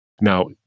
Now